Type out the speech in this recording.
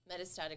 metastatic